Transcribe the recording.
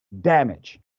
damage